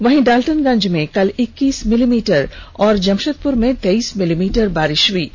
वहीं डाल्टेगंज में कल इक्कीस मिलीमीटर और जमषेदपुर में तेईस मिलीमीटर बारिष हुई है